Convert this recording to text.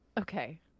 okay